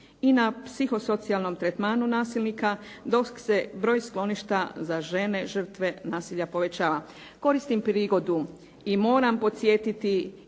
i na psiho-socijalnom tretmanu nasilnika dok se broj skloništa za žene žrtve nasilja povećava. Koristim prigodu i moram podsjetiti